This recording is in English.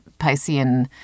Piscean